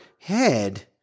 head